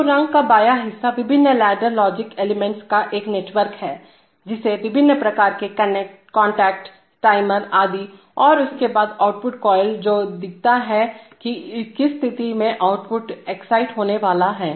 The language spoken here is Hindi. तोरंग का बायां हिस्सा विभिन्न लैडर लॉजिक एलिमेंट्स का एक नेटवर्क है जैसे विभिन्न प्रकार के कॉन्टैक्टटाइमर आदि और उसके बाद आउटपुट कोइल जो दिखाता है कि किस स्थिति में आउटपुट एक्साइट होने वाला है